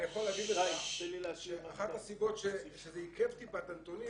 אני יכול להגיד לך שאחת הסיבות שזה עיכב טיפה את הנתונים,